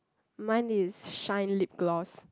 mine is shine lip gloss